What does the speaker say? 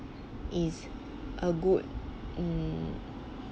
is a good um